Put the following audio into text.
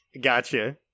Gotcha